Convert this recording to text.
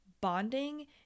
bonding